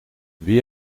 wie